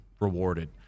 rewarded